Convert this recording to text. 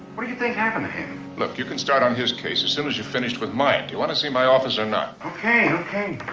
what do you think happened to him? look, you can start on his case as soon as you're finished with mine. do you want to see my office or not? okay! okay!